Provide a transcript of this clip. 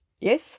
yes